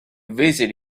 visit